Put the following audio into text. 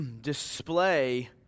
display